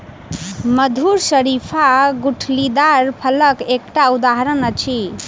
मधुर शरीफा गुठलीदार फलक एकटा उदहारण अछि